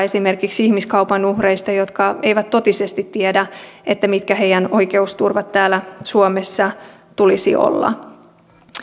esimerkiksi ihmiskaupan uhreista jotka eivät totisesti tiedä mikä heidän oikeusturvansa täällä suomessa tulisi olla